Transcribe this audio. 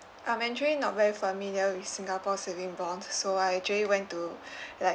I'm actually not very familiar with singapore saving bond so I actually went to like